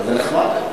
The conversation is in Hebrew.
זה נחמד.